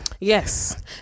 Yes